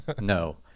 No